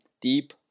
deep